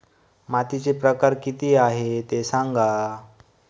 मातीचे प्रकार किती आहे ते सांगा